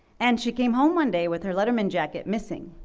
and she came home one day with her letterman jacket missing,